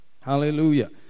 Hallelujah